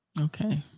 okay